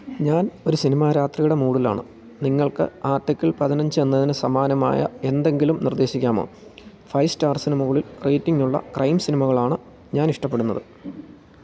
ഞാനൊരു സിനിമാ രാത്രിയുടെ മൂഡിലാണ് നിങ്ങൾക്ക് ആർട്ടിക്കിൾ പതിനഞ്ചെന്നതിന് സമാനമായ എന്തെങ്കിലും നിർദ്ദേശിക്കാമോ ഫൈവ് സ്റ്റാർസിന് മുകളിൽ റേറ്റിംഗ് ഉള്ള ക്രൈം സിനിമകളാണ് ഞാനിഷ്ടപ്പെടുന്നത്